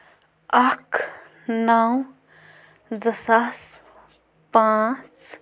اکھ نو زٕ ساس پانٛژھ